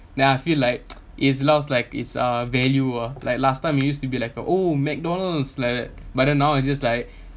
then I feel like it's lost like its uh value ah like last time we used to be like uh oh McDonald's like that but then now it's just like